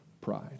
pride